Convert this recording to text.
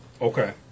Okay